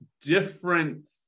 different